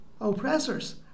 oppressors